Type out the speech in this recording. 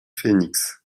phénix